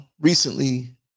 recently